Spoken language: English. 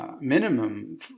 Minimum